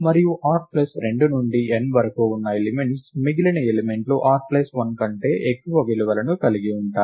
మరియు r 2 నుండి n వరకు ఉన్న ఎలిమెంట్స్ మిగిలిన ఎలిమెంట్లు r 1 కంటే ఎక్కువ విలువను కలిగి ఉంటాయి